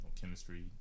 chemistry